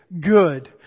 good